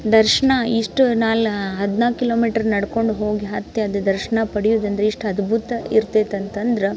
ದರ್ಶನ ಇಷ್ಟು ನಾಲಾ ಹದಿನಾಲ್ಕು ಕಿಲೋಮೀಟ್ರ್ ನಡ್ಕೊಂಡು ಹೋಗಿ ಹತ್ತಿ ಅದ್ರ ದರ್ಶನ ಪಡಿಯೋದು ಅಂದರೆ ಎಷ್ಟು ಅದ್ಬುತ ಇರ್ತೈತೆ ಅಂತ ಅಂದ್ರೆ